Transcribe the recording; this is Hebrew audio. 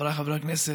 חבריי חברי הכנסת,